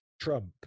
Trump